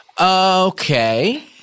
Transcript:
Okay